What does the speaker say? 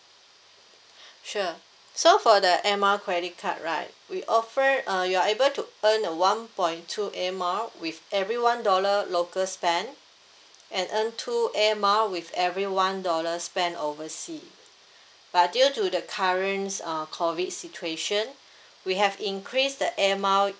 sure so for the air mile credit card right we offer uh you are able to earn a one point two air mile with everyone dollar local spend and earn two air mile with every one dollar spend oversea but due to the current uh COVID situation we have increase the air mile